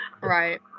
right